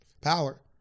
Power